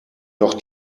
noch